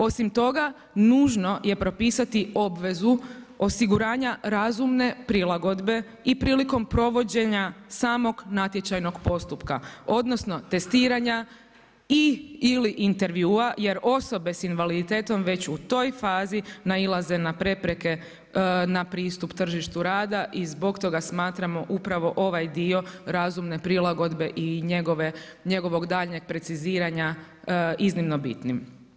Osim toga nužno je propisati obvezu osiguranja razumne prilagodbe i prilikom provođenja samog natječajnog postupka odnosno testiranja i/ili intervjua jer osobe s invaliditetom već u toj fazi nailaze na prepreke na pristup tržištu rada i zbog toga smatramo ovaj dio razumne prilagodbe i njegovog daljnjeg preciziranja iznimno bitnim.